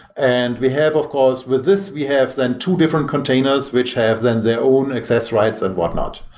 and we have, of course with this, we have then two different container which have then their own access rights and whatnot.